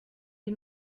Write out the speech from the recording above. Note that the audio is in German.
die